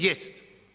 Jest.